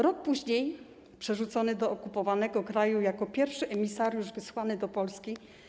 Rok później został przerzucony do okupowanego kraju jako pierwszy emisariusz wysłany do Polski.